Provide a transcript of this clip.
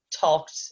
talked